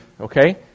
okay